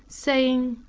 saying,